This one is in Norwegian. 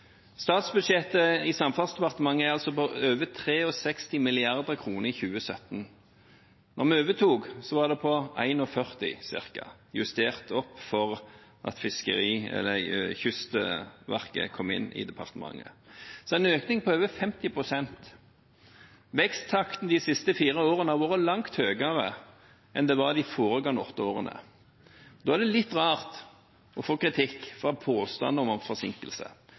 Statsbudsjettet i Samferdselsdepartementet er på over 63 mrd. kr i 2017. Da vi overtok, var det på ca. 41 mrd. kr, justert opp fordi Kystverket kom inn i departementet. Det er en økning på over 50 pst. Veksttakten de siste fire årene har vært langt høyere enn den var i de foregående åtte årene. Da er det litt rart å få kritikk for en påstand om forsinkelse